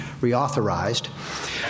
reauthorized